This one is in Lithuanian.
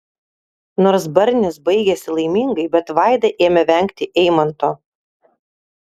nors barnis baigėsi laimingai bet vaida ėmė vengti eimanto